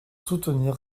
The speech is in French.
soutenir